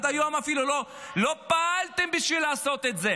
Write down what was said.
עד היום אפילו לא פעלתם בשביל לעשות את זה.